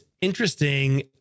interesting